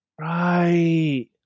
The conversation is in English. right